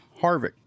Harvick